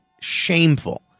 shameful